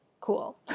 cool